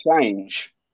change